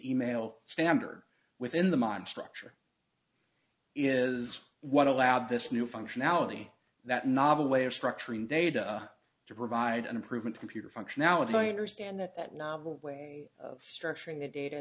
e mail standard within the month structure is what allowed this new functionality that novel way of structuring data to provide an improvement computer functionality point or stand that that novel structuring the data